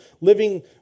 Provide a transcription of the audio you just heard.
living